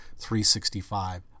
365